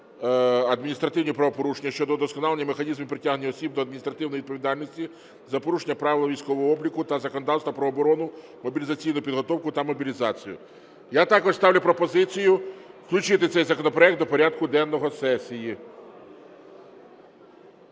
адміністративні правопорушення щодо удосконалення механізмів притягнення осіб до адміністративної відповідальності за порушення правил військового обліку та законодавства про оборону, мобілізаційну підготовку та мобілізацію. Я також ставлю пропозицію включити цей законопроект до порядку денного сесії.